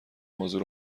موضوع